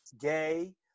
gay